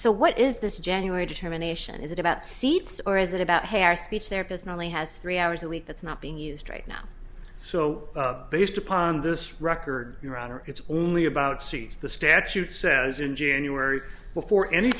so what is this january determination is it about seeds or is it about hair speech therapist normally has three hours a week that's not being used right now so based upon this record your honor it's only about six the statute says in january before any